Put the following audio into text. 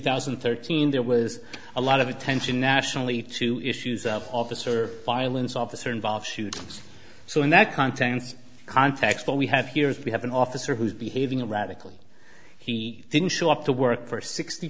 thousand and thirteen there was a lot of attention nationally to issues of officer violence officer involved shootings so in that contents context what we have here is we have an officer who's behaving a radical he didn't show up to work for sixty